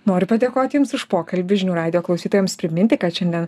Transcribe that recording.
noriu padėkoti jums už pokalbį žinių radijo klausytojams priminti kad šiandien